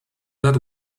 that